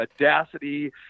audacity